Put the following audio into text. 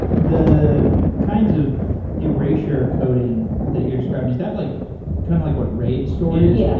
the kinds of erasure coding that you're describing, is that like kind of like what raidstorage yeah